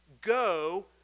go